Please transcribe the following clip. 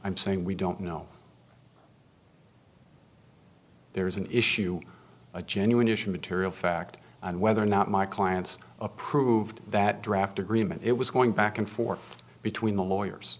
i'm saying we don't know there is an issue a genuine issue material fact and whether or not my clients approved that draft agreement it was going back and forth between the lawyers